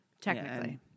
Technically